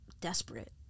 desperate